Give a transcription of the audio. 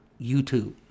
YouTube